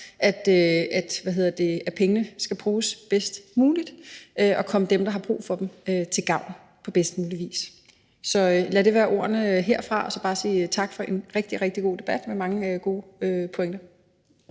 at pengene skal bruges bedst muligt og komme dem, der har brug for dem, til gavn på bedst mulig vis. Lad det være ordene herfra, og så vil jeg bare sige tak for en rigtig, rigtig god debat med mange gode pointer.